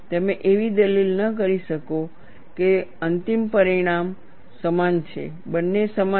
તમે એવી દલીલ ન કરી શકો કે અંતિમ પરિણામ સમાન છે બંને સમાન છે